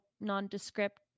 nondescript